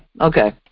okay